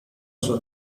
sua